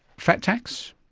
fat tax?